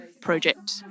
project